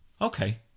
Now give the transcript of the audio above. Okay